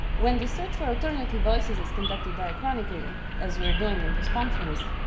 when the search for alternative voices is conducted diachronically, as we're doing in this conference,